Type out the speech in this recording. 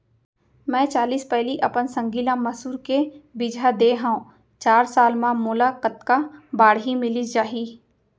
मैं चालीस पैली अपन संगी ल मसूर के बीजहा दे हव चार साल म मोला कतका बाड़ही मिलिस जाही?